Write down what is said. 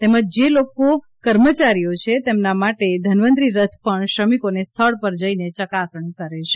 તેમજ જે લોકો કર્મચારીઓ છે તેમાની માટે ધનવતરી રથ પણ શ્રમિકોને સ્થળ પર જઇને ચકાસણી કરે છે